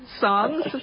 songs